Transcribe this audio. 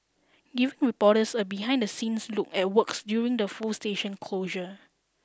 giving reporters a behind the scenes look at works during the full station closure